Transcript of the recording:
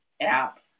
app